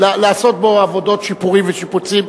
לעשות בו עבודות שיפורים ושיפוצים,